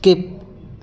skip